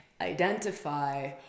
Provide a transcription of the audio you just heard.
Identify